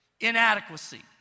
Inadequacy